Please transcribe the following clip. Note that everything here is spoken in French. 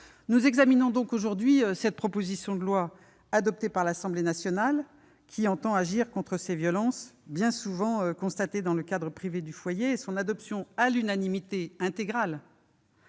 Nous examinons aujourd'hui une proposition de loi adoptée par l'Assemblée nationale qui tend à agir contre ces violences, bien souvent constatées dans le cadre privé du foyer. Son adoption à l'unanimité montre